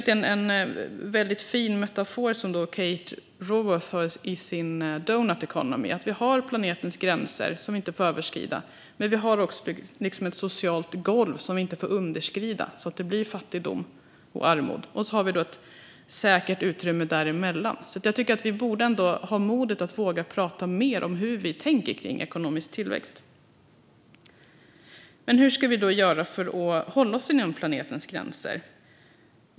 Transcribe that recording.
Det är en väldigt fin metafor som Kate Raworth använder i Doughnut Economics . Vi har planetens gränser som vi inte får överskrida. Men vi har också ett socialt golv som vi inte får underskrida så att det blir fattigdom och armod. Sedan har vi ett säkert utrymme däremellan. Vi borde ändå ha modet att prata mer om hur vi tänker kring ekonomisk tillväxt. Hur ska vi då göra för att hålla oss inom planetens gränser?